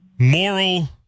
Moral